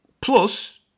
Plus